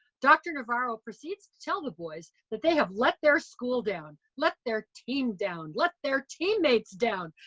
dr. navarro proceeds to tell the boys that they have let their school down, let their team down, let their teammates down,